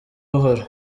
buhoro